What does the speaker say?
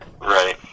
Right